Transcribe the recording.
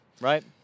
right